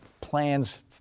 plans